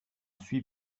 suis